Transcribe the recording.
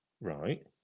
right